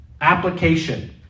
application